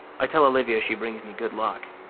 i tell olivia she brings me good luck.